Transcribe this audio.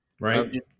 Right